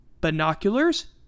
Binoculars